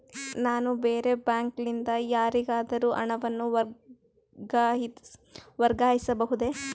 ನಾನು ಬೇರೆ ಬ್ಯಾಂಕ್ ಲಿಂದ ಯಾರಿಗಾದರೂ ಹಣವನ್ನು ವರ್ಗಾಯಿಸಬಹುದೇ?